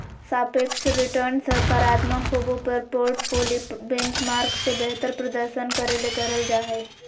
सापेक्ष रिटर्नसकारात्मक होबो पर पोर्टफोली बेंचमार्क से बेहतर प्रदर्शन करे ले करल जा हइ